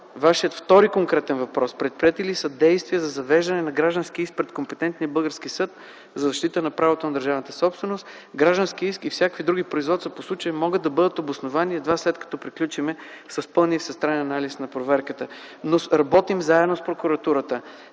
Вашия втори конкретен въпрос: Предприети ли са действия за завеждане на граждански иск пред компетентния български съд за защита правото на държавната собственост? Граждански иск и всякакви други производства по случая могат да бъдат обосновани едва след като приключим с пълния всестранен анализ на проверката. Но работим заедно с прокуратурата.